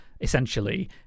essentially